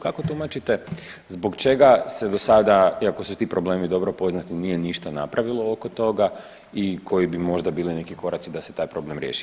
Kako tumačite zbog čega se do sada, iako su ti problemi dobro poznati nije ništa napravilo oko toga i koji bi možda bili neki koraci da se taj problem riješi?